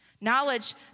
knowledge